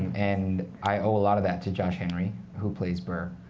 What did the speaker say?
and i owe a lot of that to josh henry, who plays burr.